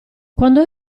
quando